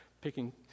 picking